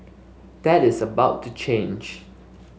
that is about to change